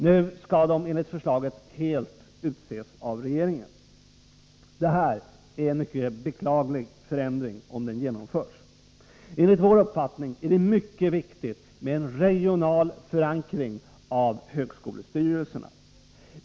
Nu skall de enligt förslaget helt utses av regeringen. Detta är en mycket beklaglig förändring, om den genomförs. Enligt vår uppfattning är det mycket viktigt med en regional förankring av högskolestyrelserna.